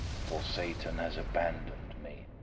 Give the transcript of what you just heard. for satan has abandoned me,